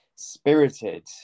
spirited